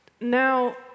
Now